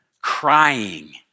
crying